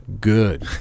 good